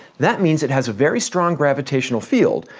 that means it has a very strong gravitational field,